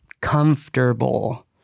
comfortable